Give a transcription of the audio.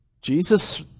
Jesus